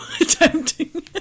Attempting